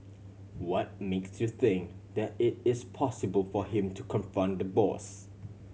what makes you think that it is possible for him to confront the boss